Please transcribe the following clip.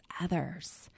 others